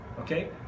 okay